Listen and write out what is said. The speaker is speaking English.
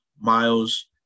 Miles